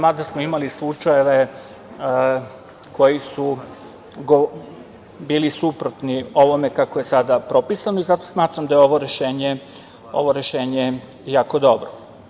Mada smo imali slučajeve koji su bili suprotni ovome kako je sada propisano i zato smatram da je ovo rešenje jako dobro.